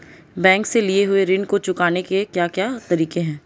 Bank से लिए हुए ऋण को चुकाने के क्या क्या तरीके हैं?